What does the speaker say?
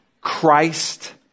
Christ